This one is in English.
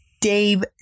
Dave